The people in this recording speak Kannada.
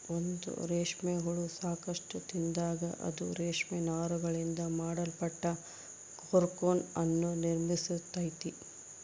ಒಂದು ರೇಷ್ಮೆ ಹುಳ ಸಾಕಷ್ಟು ತಿಂದಾಗ, ಅದು ರೇಷ್ಮೆ ನಾರುಗಳಿಂದ ಮಾಡಲ್ಪಟ್ಟ ಕೋಕೂನ್ ಅನ್ನು ನಿರ್ಮಿಸ್ತೈತೆ